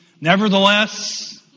Nevertheless